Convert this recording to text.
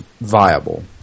viable